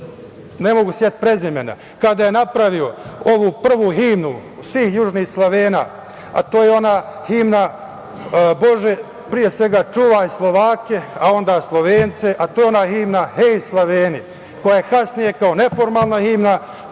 ne mogu da se setim prezimena, kada je napravio ovu prvu himnu svih južnih Slovena, a to je ona himna "Bože, čuvaj Slovake", a onda Slovence, a to je ona himna "Hej Sloveni", koja je kasnije kao neformalna himna